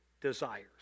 desires